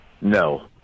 No